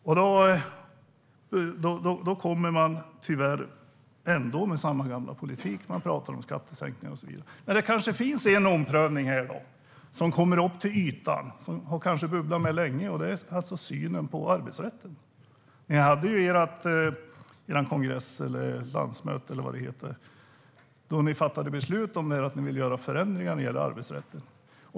Men då kommer man tyvärr ändå med samma gamla politik. Man pratar om skattesänkningar och så vidare. Men det kanske finns en omprövning som kommer upp till ytan, som kanske har bubblat med länge. Det handlar om synen på arbetsrätten. Ni hade er partistämma då ni fattade beslut om att ni ville göra förändringar när det gäller arbetsrätten.